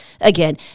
again